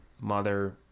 Mother